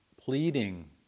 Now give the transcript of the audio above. pleading